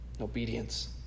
obedience